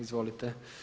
Izvolite.